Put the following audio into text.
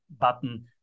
button